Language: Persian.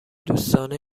دوستانه